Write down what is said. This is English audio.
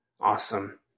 Awesome